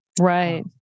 Right